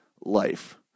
life